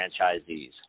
franchisees